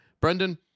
brendan